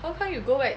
how come you go back